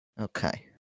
Okay